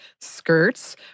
Skirts